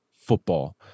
football